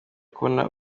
kubona